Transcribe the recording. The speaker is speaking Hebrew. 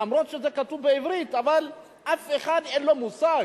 אומנם זה כתוב בעברית, אבל אף אחד אין לו מושג.